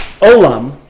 olam